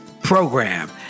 program